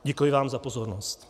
Děkuji vám za pozornost.